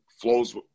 flows